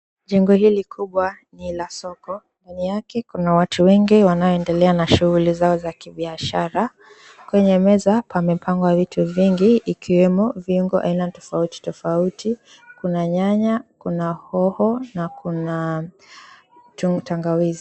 Jengo hili kubwa ni la soko. Ndani yake kuna watu wengi wanaendelea na shughuli zao za kibiashara. Kwenye meza pamepangwa vitu vingi ikiwemo viungo aina tofauti tofauti. Kuna nyanya kuna hoho na kuna tangawizi.